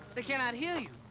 they cannot hear you.